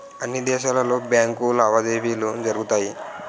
అన్ని దేశాలలో బ్యాంకు లావాదేవీలు జరుగుతాయి